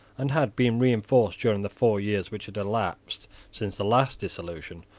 and had been reinforced during the four years which had elapsed since the last dissolution,